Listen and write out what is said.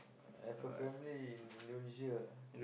I've a family in Indonesia